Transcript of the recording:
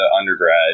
undergrad